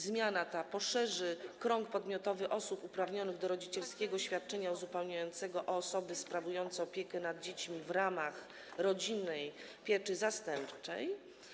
Zmiana ta poszerzy krąg podmiotowy osób uprawnionych do rodzicielskiego świadczenia uzupełniającego o osoby sprawujące opiekę nad dziećmi w ramach rodzinnej pieczy zastępczej.